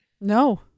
No